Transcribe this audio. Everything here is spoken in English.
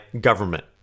government